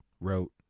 wrote